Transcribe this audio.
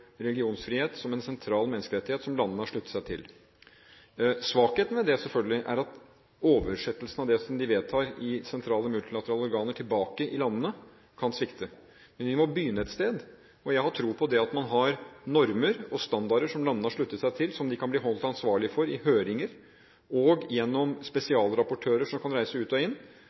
religionsfrihet som en sentral menneskerettighet som landene har sluttet seg til. Svakheten ved det, selvfølgelig, er at oversettelsen av det som de vedtar i sentrale multilaterale organer tilbake i landene, kan svikte. Men vi må begynne et sted. Jeg har tro på at det at man har normer og standarder som landene har sluttet seg til, og som de kan bli holdt ansvarlig for i høringer og gjennom spesialrapportører som kan reise ut og inn,